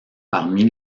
parmi